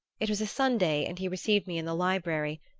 it was a sunday and he received me in the library,